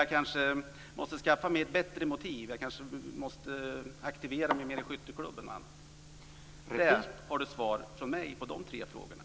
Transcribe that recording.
Jag kanske måste skaffa mig ett bättre motiv, aktivera mig mer i skytteklubben eller något annat. Det, Eskil Erlandsson, var svar från mig på de här tre frågorna.